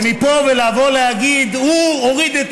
ומפה לבוא ולהגיד: הוא הוריד את